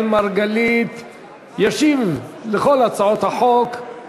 יש דברים שאתה